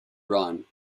run